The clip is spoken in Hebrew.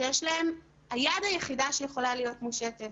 היד היחידה שיכולה להיות מושטת.